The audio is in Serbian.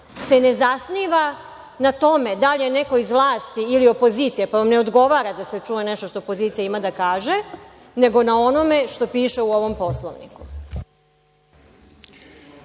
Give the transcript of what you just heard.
se ne zasniva na tome da li je neko iz vlasti ili opozicije, pa vam ne odgovara da se čuje nešto što opozicija ima da kaže, nego na onome što piše u ovom Poslovniku.